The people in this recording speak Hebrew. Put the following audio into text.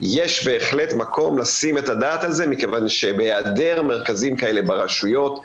יש בהחלט מקום לשים את הדעת על זה מכיוון שבהיעדר מרכזים כאלה ברשויות,